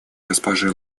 госпожи